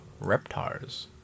Reptars